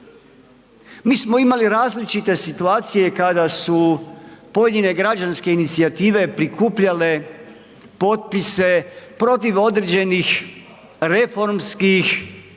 Mi smo imali različite situacije kada su pojedine građanske inicijative prikupljale potpise protiv određenih reformskih